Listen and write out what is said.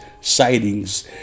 sightings